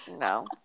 no